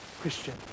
Christian